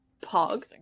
Pog